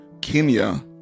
Kenya